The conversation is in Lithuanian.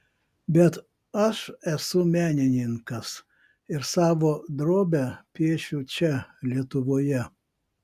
bet aš esu menininkas ir savo drobę piešiu čia lietuvoje